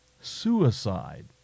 Suicide